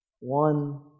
one